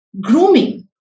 grooming